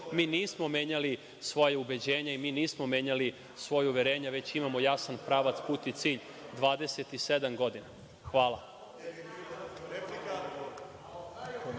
mi nismo menjali svoja ubeđenja i mi nismo menjali svoja uverenja, već imamo jasan pravac, put i cilj 27 godina. Hvala.(Boško